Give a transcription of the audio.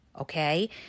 okay